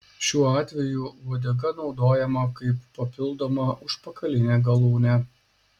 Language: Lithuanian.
šiuo atveju uodega naudojama kaip papildoma užpakalinė galūnė